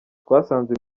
twasanze